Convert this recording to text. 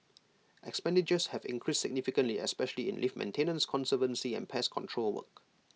expenditures have increased significantly especially in lift maintenance conservancy and pest control work